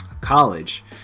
college